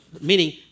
meaning